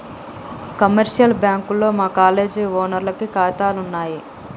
commercial బ్యాంకుల్లో మా కాలేజీ ఓనర్లకి కాతాలున్నయి